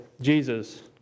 Jesus